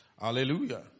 Hallelujah